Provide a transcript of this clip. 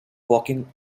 walking